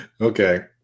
okay